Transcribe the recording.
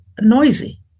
noisy